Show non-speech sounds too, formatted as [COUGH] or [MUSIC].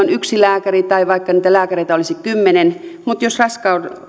[UNINTELLIGIBLE] yksi lääkäri tai vaikka niitä lääkäreitä olisi kymmenen mutta jos raskaus